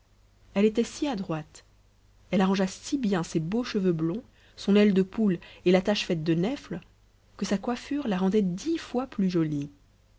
elle était si adroite elle arrangea si bien ses beaux cheveux blonds son aile de poule et l'attache faite de nèfles que sa coiffure la rendait dix fois plus jolie